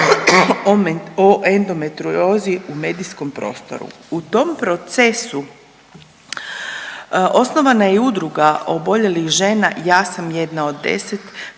o endometriozi u medijskom prostoru. U tom procesu osnovana je i udruga oboljelih žene Ja sam jedna od 10